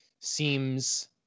seems